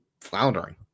floundering